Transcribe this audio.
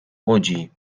łodzi